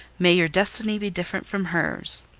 may your destiny be different from hers!